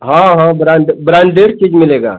हाँ हाँ brand branded चीज मिलेगा